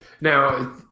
Now